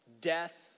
Death